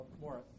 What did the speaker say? more